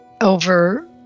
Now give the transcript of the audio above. over